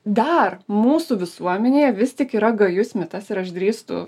dar mūsų visuomenėje vis tik yra gajus mitas ir aš drįstu